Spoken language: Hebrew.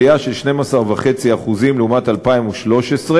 עלייה של 12.5% לעומת 2013,